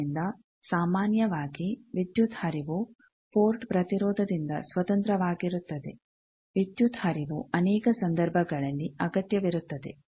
ಆದ್ದರಿಂದ ಸಾಮಾನ್ಯವಾಗಿ ವಿದ್ಯುತ್ ಹರಿವು ಪೋರ್ಟ್ ಪ್ರತಿರೋಧದಿಂದ ಸ್ವತಂತ್ರವಾಗಿರುತ್ತದೆ ವಿದ್ಯುತ್ ಹರಿವು ಅನೇಕ ಸಂದರ್ಭಗಳಲ್ಲಿ ಅಗತ್ಯವಿರುತ್ತದೆ